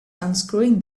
unscrewing